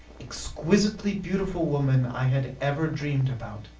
exquisitely beautiful woman i had ever dreamed about.